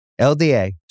LDA